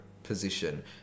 Position